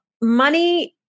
money